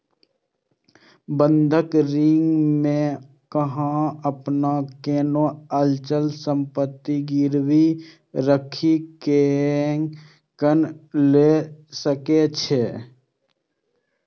बंधक ऋण मे अहां अपन कोनो अचल संपत्ति गिरवी राखि कें ऋण लए सकै छी